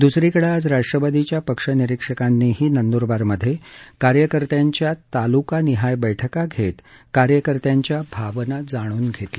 दूसरीकडे आज राष्ट्रवादीच्या पक्ष निरीक्षकांनीही नंदूरबारमध्ये कार्यकर्त्यांच्या तालुकानिहाय बैठका घेत कार्यकर्त्यांच्या भावना जाणून घेतल्या